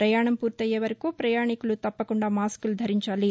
ప్రయాణం పూర్తయ్యేవరకు ప్రయాణికులు తప్పకుండా మాస్కులు ధరించాలి